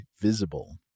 visible